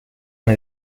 una